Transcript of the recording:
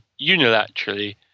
unilaterally